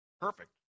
Perfect